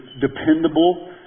dependable